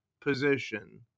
position